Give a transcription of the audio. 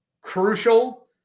crucial